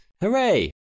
hooray